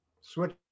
Switch